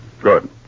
Good